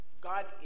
God